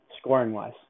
scoring-wise